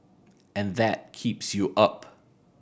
and that keeps you up